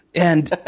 and,